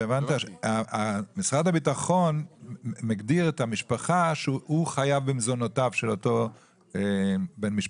משרד הביטחון מגדיר את המשפחה שהוא חייב במזונותיו של אותו בן משפחה.